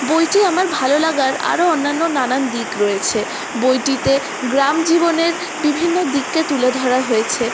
বইটি আমার ভালো লাগার আরও অন্যান্য নানান দিক রয়েছে বইটিতে গ্রাম জীবনের বিভিন্ন দিককে তুলে ধরা হয়েছে